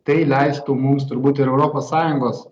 tai leistų mums turbūt ir europos sąjungos